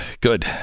good